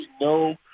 no